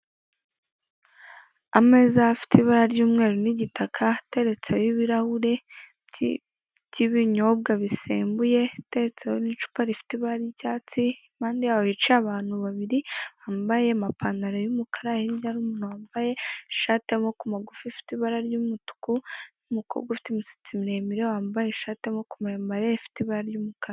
Ameza afite ibara ry'umweru n'igitaka ateretseho ibirahure by'ibinyobwa bisembuye iteretseho n'icupa rifite ibara ry'icyatsi, impande y'aho hicaye abantu babiri bambaye amapantaro y'umukara, hirya hari umuntu wambaye ishati y'amaboko magufi ifite ibara ry'umutuku, umukobwa ufite imisatsi miremire wambaye ishati y'amaboko maremare ifite ibara ry'umukara.